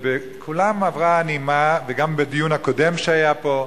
ובדברי כולם עברה נימה, וגם בדיון הקודם שהיה פה,